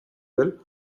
well